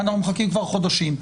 אנחנו מחכים כבר חודשים.